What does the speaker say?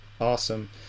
awesome